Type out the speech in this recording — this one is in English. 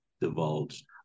divulged